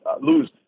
lose